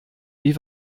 wie